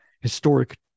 historic